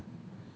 too new sia